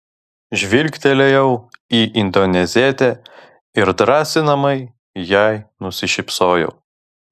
žvilgtelėjau į indonezietę ir drąsinamai jai nusišypsojau